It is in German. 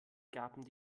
gab